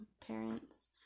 parents